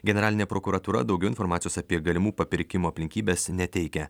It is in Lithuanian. generalinė prokuratūra daugiau informacijos apie galimų papirkimų aplinkybes neteikia